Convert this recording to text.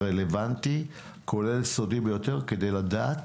הרלוונטי כולל "סודי ביותר" כדי לדעת